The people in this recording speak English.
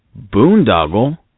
Boondoggle